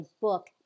book